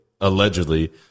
allegedly